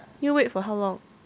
need wait for how long